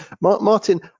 Martin